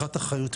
אתה רואה עבודה,